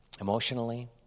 emotionally